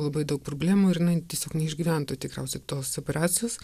labai daug problemų ir jinai tiesiog neišgyventų tikriausiai tos operacijos